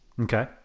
Okay